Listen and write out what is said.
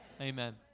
Amen